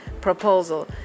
proposal